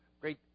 great